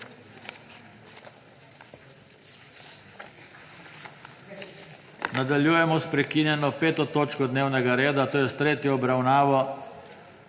Nadaljujemo s prekinjeno 15. točko dnevnega reda, to je s tretjo obravnavo